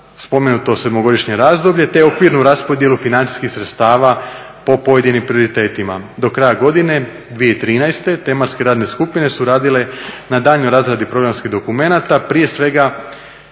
spomenuto 7-godišnje razdoblje te okvirnu raspodjelu financijskih sredstava po pojedinim prioritetima. Do kraja godine 2013. tematske radne skupine su radile na daljnjoj razradi programskih dokumenata prije svega